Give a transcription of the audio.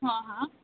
हां हां